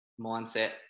mindset